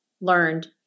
learned